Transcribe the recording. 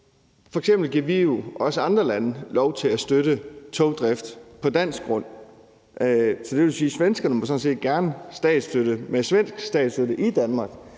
giver vi jo andre lande lov til at støtte togdrift på dansk grund. Det vil sige, at svenskerne sådan set gerne må støtte med svensk statsstøtte i Danmark,